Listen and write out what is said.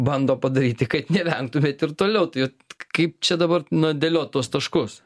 bando padaryti kad nevengtumėt ir toliau tai kaip čia dabar na dėliot tuos taškus